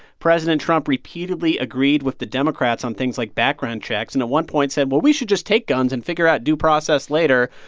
president trump repeatedly agreed with the democrats on things like background checks and, at one point said, well, we should just take guns and figure out due process later.